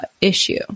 issue